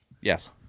Yes